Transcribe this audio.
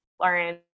lauren